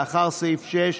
לאחר סעיף 6,